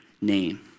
name